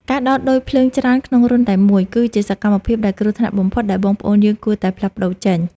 ការដោតឌុយភ្លើងច្រើនក្នុងរន្ធតែមួយ គឺជាសកម្មភាពដែលគ្រោះថ្នាក់បំផុតដែលបងប្អូនយើងគួរតែផ្លាស់ប្តូរចេញ។